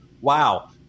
Wow